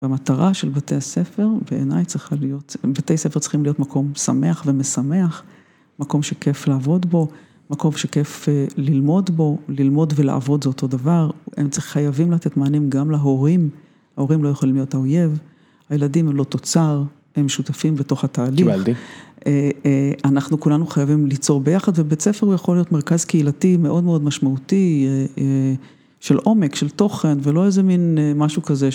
המטרה של בתי הספר, בעיניי צריכה להיות, בתי הספר צריכים להיות מקום שמח ומשמח, מקום שכיף לעבוד בו, מקום שכיף ללמוד בו, ללמוד ולעבוד זה אותו דבר, הם צריכים, חייבים לתת מענה גם להורים, ההורים לא יכולים להיות האויב, הילדים הם לא תוצר, הם משותפים בתוך התהליך, אנחנו כולנו חייבים ליצור ביחד, ובית ספר הוא יכול להיות מרכז קהילתי מאוד מאוד משמעותי, של עומק, של תוכן ולא איזה מין משהו כזה.